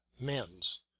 mens